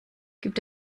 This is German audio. gibt